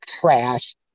trash